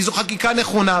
כי זאת חקיקה נכונה,